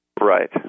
Right